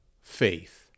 faith